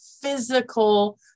physical